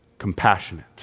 compassionate